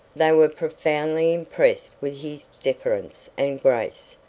they were profoundly impressed with his deference and grace,